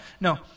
no